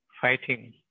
fighting